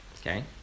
Okay